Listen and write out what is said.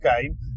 game